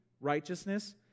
righteousness